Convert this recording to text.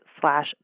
slash